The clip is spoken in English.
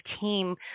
team